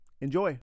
Enjoy